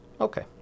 Okay